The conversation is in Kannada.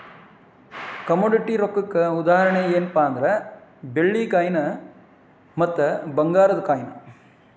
ಕೊಮೊಡಿಟಿ ರೊಕ್ಕಕ್ಕ ಉದಾಹರಣಿ ಯೆನ್ಪಾ ಅಂದ್ರ ಬೆಳ್ಳಿ ಕಾಯಿನ್ ಮತ್ತ ಭಂಗಾರದ್ ಕಾಯಿನ್